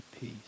peace